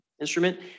instrument